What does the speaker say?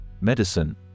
medicine